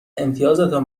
امتیازتان